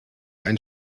einen